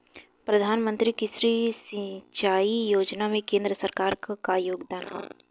प्रधानमंत्री कृषि सिंचाई योजना में केंद्र सरकार क का योगदान ह?